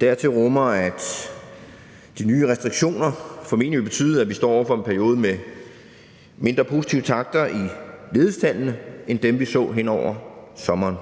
Dertil kommer, at de nye restriktioner formentlig vil betyde, at vi står over for en periode med mindre positive takter i ledighedstallene end dem, vi så hen over sommeren.